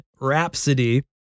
Rhapsody